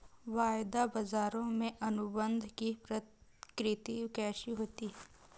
वायदा बाजारों में अनुबंध की प्रकृति कैसी होती है?